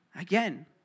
Again